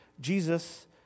Jesus